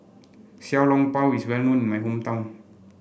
Xiao Long Bao is well known in my hometown